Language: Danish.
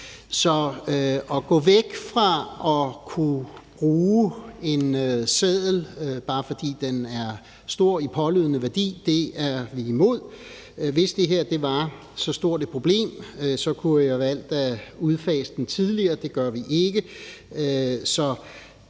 Så at gå væk fra at kunne bruge en seddel, bare fordi den er stor i pålydende værdi, er vi imod. Hvis det her var så stort et problem, kunne vi have valgt at udfase den tidligere. Det gør vi ikke.